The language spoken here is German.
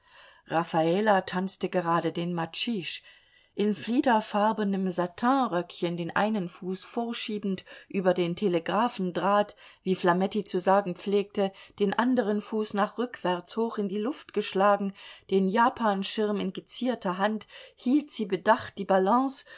raffala tanzte gerade den matchiche in fliederfarbenem satinröckchen den einen fuß vorschiebend über den telegraphendraht wie flametti zu sagen pflegte den andern fuß nach rückwärts hoch in die luft geschlagen den japanschirm in gezierter hand hielt sie bedacht die